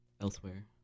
elsewhere